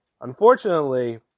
unfortunately